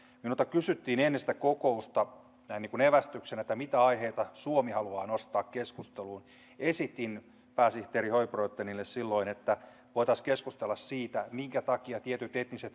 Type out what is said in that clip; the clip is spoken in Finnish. minulta kysyttiin ennen sitä kokousta niin kuin evästyksenä mitä aiheita suomi haluaa nostaa keskusteluun esitin pääsihteeri höybråtenille silloin että voitaisiin keskustella siitä minkä takia tiettyjen etnisten